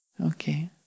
Okay